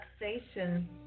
relaxation